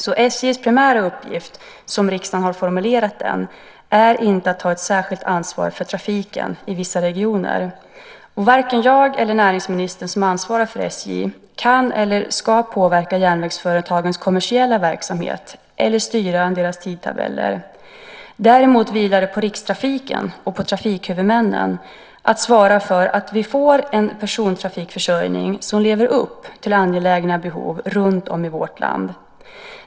SJ:s primära uppgift, som riksdagen har formulerat den, är inte att ta ett särskilt ansvar för trafiken i vissa regioner. Varken jag eller näringsministern, som ansvarar för SJ, kan eller ska påverka järnvägsföretagens kommersiella verksamhet och detaljstyra deras tidtabeller. Däremot vilar det på Rikstrafiken och på trafikhuvudmännen att svara för att vi får en persontrafikförsörjning som lever upp till angelägna behov runtom i vårt land.